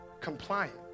compliant